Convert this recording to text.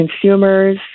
consumers